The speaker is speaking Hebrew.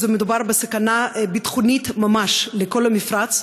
מדובר בסכנה ביטחונית ממש לכל המפרץ.